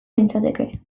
nintzateke